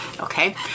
Okay